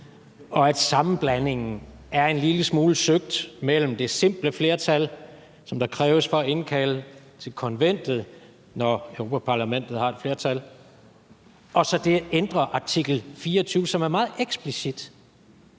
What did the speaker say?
og at sammenblandingen er en lille smule søgt mellem det simple flertal, som der kræves for at indkalde til konventet, når Europa-Parlamentet har et flertal, og så det at ændre artikel 24, som er meget eksplicit,